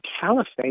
caliphate